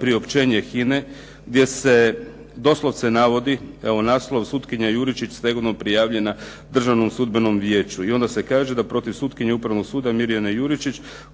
priopćenje HINA-e gdje se doslovce navodi, evo naslov "Sutkinja Juričić stegovno prijavljena Državnom sudbenom vijeću" i onda se kaže da "Protiv sutkinje Upravnog suda Mirjane Juričić,